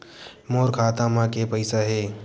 मोर खाता म के पईसा हे?